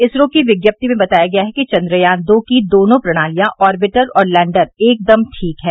इसरो की विज्ञप्ति में बताया गया है कि चन्द्रयान दो की दोनों प्रणालियां ऑर्बिटर और लैण्डर एकदम ठीक हैं